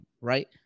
right